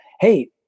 Hey